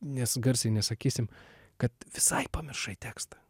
nes garsiai nesakysim kad visai pamiršai tekstą